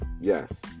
yes